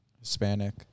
Hispanic